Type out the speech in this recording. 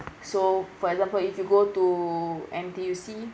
so for example if you go to N_T_U_C